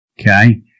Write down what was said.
Okay